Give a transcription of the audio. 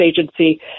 Agency